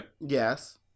Yes